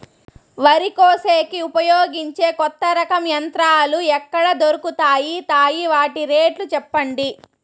వరి కోసేకి ఉపయోగించే కొత్త రకం యంత్రాలు ఎక్కడ దొరుకుతాయి తాయి? వాటి రేట్లు చెప్పండి?